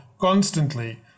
constantly